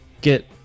get